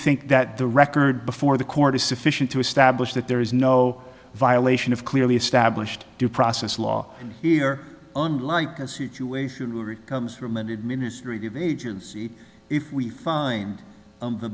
think that the record before the court is sufficient to establish that there is no violation of clearly established due process law and here unlike a situation where it comes from an administrative agency if we find on the